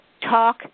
talk